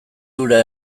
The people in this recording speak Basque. hura